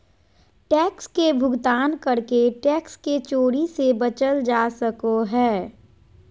tax के भुगतान करके टैक्स के चोरी से बचल जा सको हय